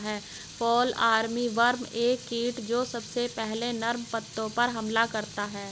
fall armyworm एक कीट जो सबसे पहले नर्म पत्तों पर हमला करता है